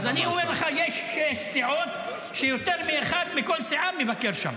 יש שמונה פריבילגים פה שביקרו.